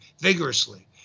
vigorously